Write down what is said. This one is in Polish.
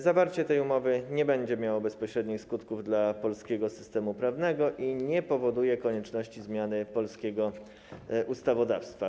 Zawarcie tej umowy nie będzie miało bezpośrednich skutków dla polskiego systemu prawnego ani nie powoduje konieczności zmiany polskiego ustawodawstwa.